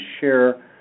share